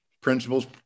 principles